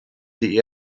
die